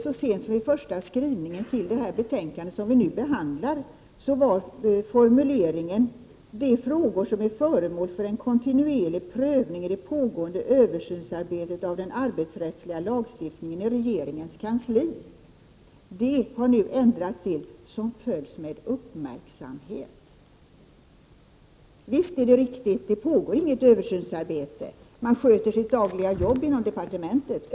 Så sent som i den första skrivningen till det betänkande som vi nu behandlar formulerade man sig så här: De frågor som är föremål för en kontinuerlig prövning i det pågående översynsarbetet av den arbetsrättsliga lagstiftningen i regeringens kansli ———. Denna formulering har nu ändrats till: som följs med uppmärksamhet. Visst är det riktigt att det inte pågår något översynsarbete. På departementet sköter man sitt dagliga jobb.